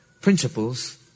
principles